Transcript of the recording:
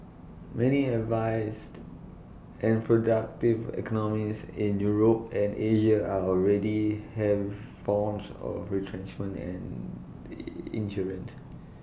many advanced and productive economies in Europe and Asia are already have forms of retrenchment and insurance